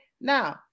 Now